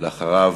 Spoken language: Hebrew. אחריו,